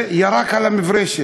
וירק על המברשת.